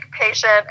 patient